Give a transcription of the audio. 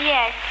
Yes